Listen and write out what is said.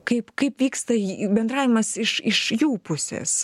kaip kaip vyksta j bendravimas iš iš jų pusės